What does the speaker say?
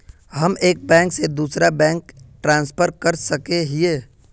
हम एक बैंक से दूसरा बैंक में ट्रांसफर कर सके हिये?